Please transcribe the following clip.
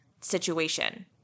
situation